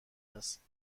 است